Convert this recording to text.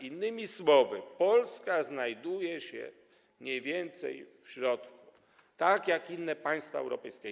Innymi słowy Polska znajduje się mniej więcej w środku, tak jak inne państwa europejskie.